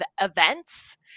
events